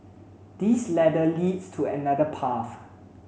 this ladder leads to another path